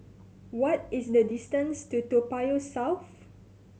what is the distance to Toa Payoh South